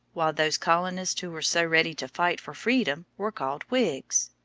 while those colonists who were so ready to fight for freedom were called whigs.